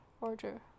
Order